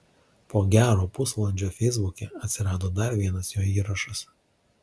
po gero pusvalandžio feisbuke atsirado dar vienas jo įrašas